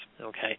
okay